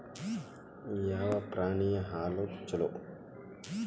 ಯಾವ ಪ್ರಾಣಿ ಹಾಲು ಛಲೋ?